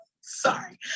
sorry